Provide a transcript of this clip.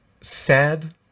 sad